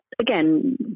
again